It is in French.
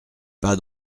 pas